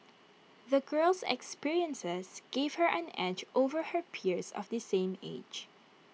the girl's experiences gave her an edge over her peers of the same age